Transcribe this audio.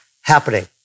happening